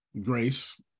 Grace